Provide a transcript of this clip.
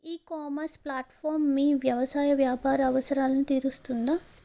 ఈ ecommerce platform మీ వ్యవసాయ వ్యాపార అవసరాలను తీరుస్తుందా?